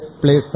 place